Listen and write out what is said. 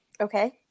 Okay